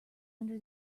under